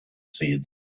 said